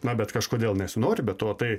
na bet kažkodėl nesinori be to tai